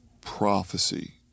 prophecy